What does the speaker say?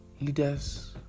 leaders